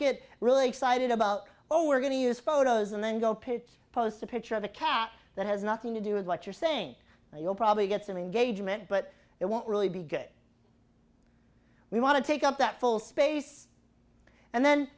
get really excited about oh we're going to use photos and then go pick post a picture of a cat that has nothing to do with what you're saying you'll probably get some engagement but it won't really be good we want to take up that full space and then